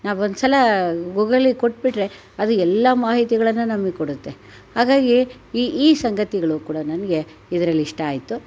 ನಾವು ಒಂದು ಸಲ ಗೂಗಲ್ಲಿಗೆ ಕೊಟ್ಟುಬಿಟ್ರೆ ಅದು ಎಲ್ಲ ಮಾಹಿತಿಗಳನ್ನು ನಮಗ್ ಕೊಡುತ್ತೆ ಹಾಗಾಗಿ ಈ ಈ ಸಂಗತಿಗಳು ಕೂಡ ನನಗೆ ಇದ್ರಲ್ಲಿ ಇಷ್ಟ ಆಯಿತು